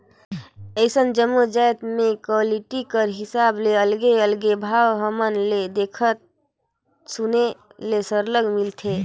अइसने जम्मो जाएत मन में क्वालिटी कर हिसाब ले अलगे अलगे भाव हमन ल देखे सुने ले सरलग मिलथे